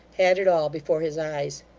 had it all before his eyes.